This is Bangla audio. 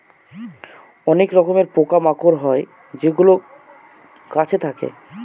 অনেক রকমের পোকা মাকড় হয় যেগুলো গাছে থাকে